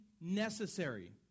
necessary